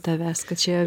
tavęs kad čia